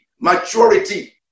maturity